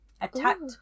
Attacked